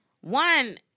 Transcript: One